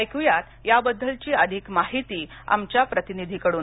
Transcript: ऐकू या त्याबद्दलची अधिक माहिती आमच्या प्रतिनिधीकडून